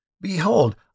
Behold